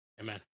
Amen